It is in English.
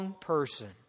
Person